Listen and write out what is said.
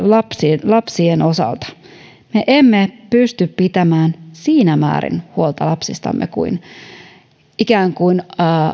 lapsien lapsien osalta me emme pysty pitämään siinä määrin huolta lapsistamme kuin